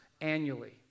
annually